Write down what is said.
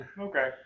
okay